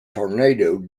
tornado